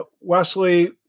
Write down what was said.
Wesley